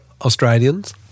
Australians